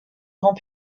grand